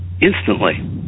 instantly